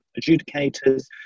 adjudicators